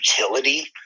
utility